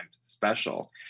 special